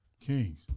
Kings